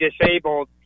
disabled